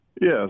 Yes